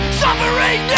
suffering